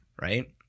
Right